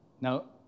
Now